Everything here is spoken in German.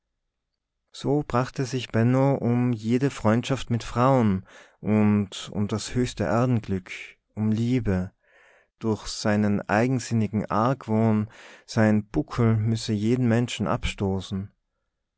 so brachte sich benno um jede freundschaft mit frauen und um das höchste erdenglück um liebe durch seinen eigensinnigen argwohn sein buckel müsse jeden menschen abstoßen